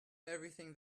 everything